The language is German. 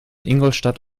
ingolstadt